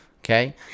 Okay